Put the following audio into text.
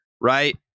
right